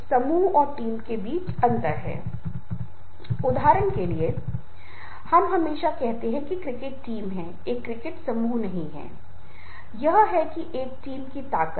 अब नेतृत्व और प्रेरणा आगे अगर मैं उठाता हूँ तो नेतृत्व और प्रेरणा भाई और बहन की तरह है कोई भी देख सकता है कि नेतृत्व और प्रेरणा भाई और बहन की तरह है